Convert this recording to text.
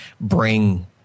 bring